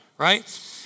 right